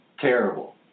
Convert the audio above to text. Terrible